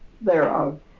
thereof